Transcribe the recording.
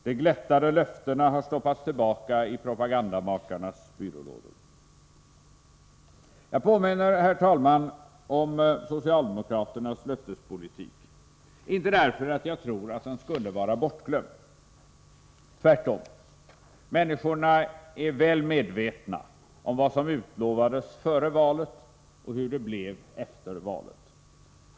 De glättade löftena har stoppats tillbaka i propagandamakarnas byrålådor. Herr talman! Jag påminner här om socialdemokraternas löftespolitik inte därför att jag tror att den är bortglömd. Tvärtom — människorna är väl medvetna om vad som utlovades före valet och hur det blev efter valet.